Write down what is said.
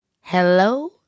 Hello